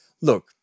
look